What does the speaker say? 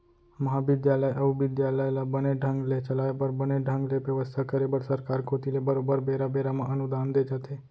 महाबिद्यालय अउ बिद्यालय ल बने ढंग ले चलाय बर बने ढंग ले बेवस्था करे बर सरकार कोती ले बरोबर बेरा बेरा म अनुदान दे जाथे